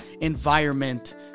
environment